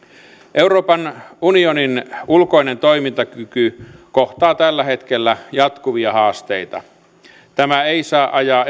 euroopan unionin ulkoinen toimintakyky kohtaa tällä hetkellä jatkuvia haasteita tämä ei saa ajaa